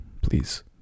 please